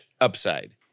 upside